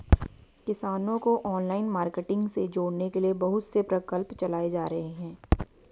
किसानों को online marketing से जोड़ने के लिए बहुत से प्रकल्प चलाए जा रहे हैं